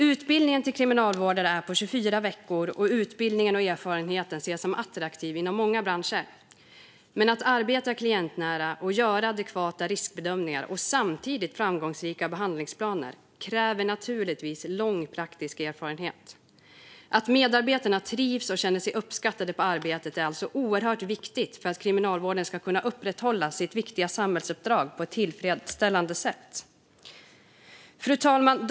Utbildningen till kriminalvårdare är på 24 veckor, och utbildningen och erfarenheten ses som attraktiv inom många branscher. Men att arbeta klientnära och göra adekvata riskbedömningar och samtidigt framgångsrika behandlingsplaner kräver naturligtvis lång praktisk erfarenhet. Att medarbetarna trivs och känner sig uppskattade på arbetet är alltså oerhört viktigt för att Kriminalvården ska kunna upprätthålla sitt viktiga samhällsuppdrag på ett tillfredsställande sätt. Fru talman!